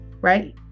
right